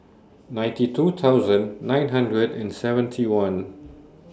ninety two thousand nine hundred and seventy one